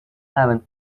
haven’t